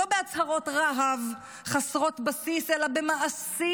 לא בהצהרות רהב חסרות בסיס אלא במעשים,